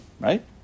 Right